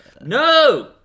No